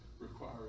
require